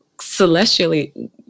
celestially